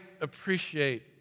appreciate